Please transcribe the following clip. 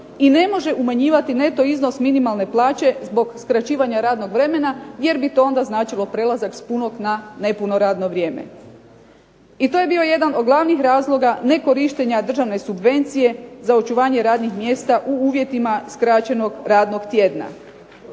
i ne može umanjivati neto iznos minimalne plaće zbog skraćivanja radnog vremena jer bi to onda značilo prelazak s punog na nepuno radno vrijeme. I to je bio jedan od glavnih razloga nekorištenja državne subvencije za očuvanje radnih mjesta u uvjetima skraćenog radnog tjedna.